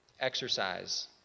exercise